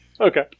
okay